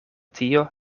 tio